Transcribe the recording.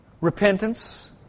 repentance